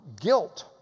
guilt